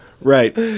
Right